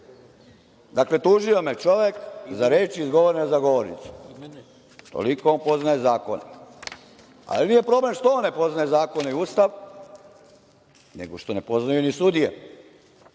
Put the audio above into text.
Dakle, tužio me čovek za reči izgovorene za govornicom. Toliko on poznaje zakon. Nije problem što on ne poznaje zakon i Ustav, nego što ne poznaju ni sudije.